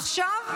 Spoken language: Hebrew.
עכשיו?